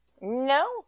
No